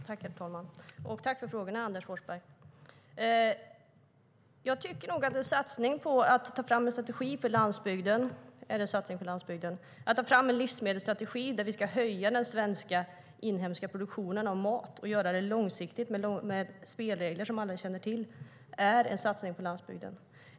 Herr talman! Tack för frågan, Anders Forsberg! Jag tycker nog att en satsning på att ta fram en strategi för landsbygden är en satsning för landsbygden. Att ta fram en livsmedelsstrategi för att höja den svenska, inhemska produktionen av mat - och göra det långsiktigt, med spelregler alla känner till - är en satsning på landsbygden.